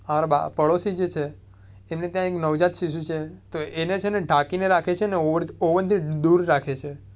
અમારા પડોશી જે છે એમને ત્યાં એક નવજાત શીશું છે તો એને છે ને ઢાકીને રાખે છે ને ઓવનથી દૂર રાખે છે